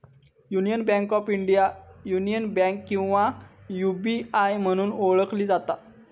union bank of India, union bank किंवा UBI म्हणून ओळखली जाता